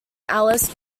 alice